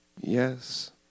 yes